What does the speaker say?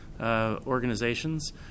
organizations